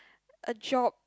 a job